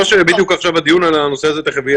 בדיוק עכשיו הדיון על הנושא הזה, תיכף מיד.